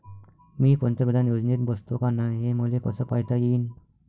मी पंतप्रधान योजनेत बसतो का नाय, हे मले कस पायता येईन?